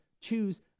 choose